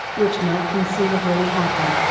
which might conceivably happen,